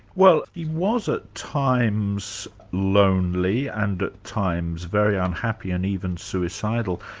well he was at times lonely and at times very unhappy, and even suicidal,